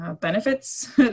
benefits